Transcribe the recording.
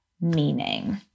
meaning